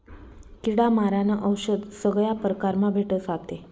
किडा मारानं औशद सगया परकारमा भेटस आते